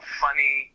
funny